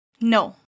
No